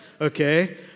okay